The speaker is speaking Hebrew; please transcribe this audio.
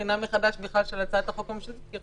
בחינה מחדש של הצעת החוק הממשלתית.